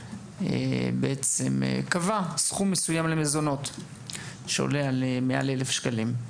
בעצם קבע סכום מסוים למזונות שעולה על מעל 1,000 שקלים.